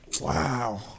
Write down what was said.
Wow